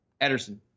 Ederson